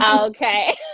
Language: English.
Okay